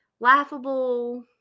laughable